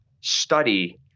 study